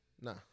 Nah